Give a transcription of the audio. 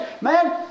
man